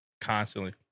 Constantly